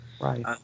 right